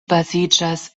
baziĝas